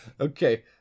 Okay